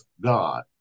God